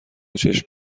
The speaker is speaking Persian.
چشم